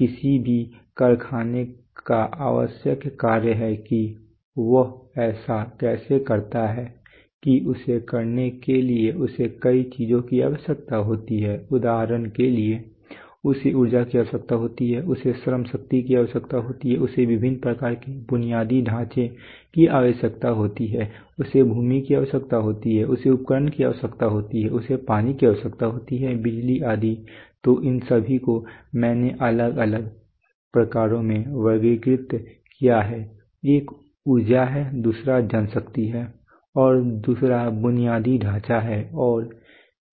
यह किसी भी कारखाने का आवश्यक कार्य है कि वह ऐसा कैसे करता है कि उसे करने के लिए उसे कई चीजों की आवश्यकता होती है उदाहरण के लिए उसे ऊर्जा की आवश्यकता होती है उसे श्रमशक्ति की आवश्यकता होती है और उसे विभिन्न प्रकार के बुनियादी ढांचे की आवश्यकता होती है उसे भूमि की आवश्यकता होती है उसे उपकरण की आवश्यकता होती है उसे पानी की आवश्यकता होती है बिजली आदि तो इन सभी को मैंने तीन अलग अलग प्रकारों में वर्गीकृत किया है एक ऊर्जा है दूसरा जनशक्ति है और दूसरा बुनियादी ढाँचा है और